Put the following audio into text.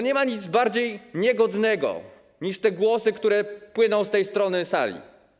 Nie ma nic bardziej niegodnego niż te głosy, które płyną z tej strony sali.